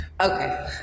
Okay